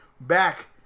Back